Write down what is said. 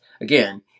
again